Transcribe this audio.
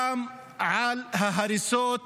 גם על ההריסות בנגב.